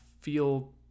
feel